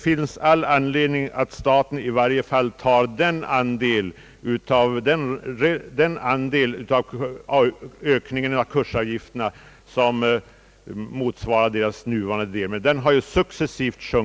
kändes en så lydande omröstningsproposition: